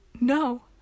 No